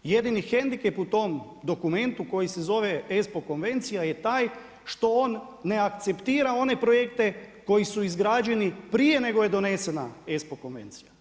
Jedini hendikep u tom dokumentu koji se zove ESPO konvencija je taj što on ne akceptira one projekte koji su izgrađeni prije nego je donesena ESPO konvencija.